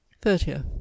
Thirtieth